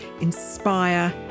inspire